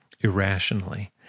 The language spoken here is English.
irrationally